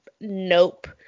nope